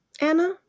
Anna